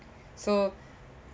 so